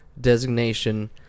designation